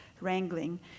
wrangling